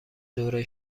دوره